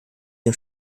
dem